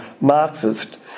Marxist